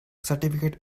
certificate